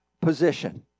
position